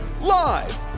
Live